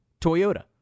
Toyota